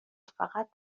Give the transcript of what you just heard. فقط